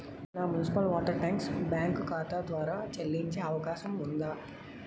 నా municipal water tax bank ఖాతా ద్వారా చెల్లించే అవకాశం ఉందా?